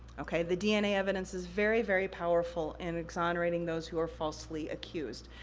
okay, the dna evidence is very very powerful in exonerating those who are falsely accused.